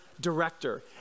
director